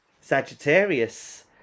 Sagittarius